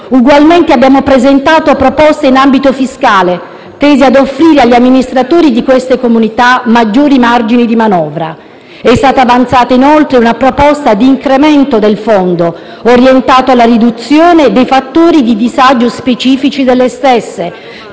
Ugualmente abbiamo presentato proposte in ambito fiscale, tese a offrire agli amministratori di queste comunità maggiori margini di manovra. È stata avanzata, inoltre, una proposta di incremento del fondo, orientata alla riduzione dei fattori di disagio specifici delle stesse,